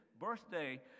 birthday